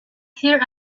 here